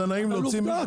זה נעים להוציא מישהו?